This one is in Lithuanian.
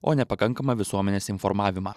o nepakankamą visuomenės informavimą